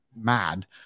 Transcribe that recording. mad